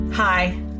Hi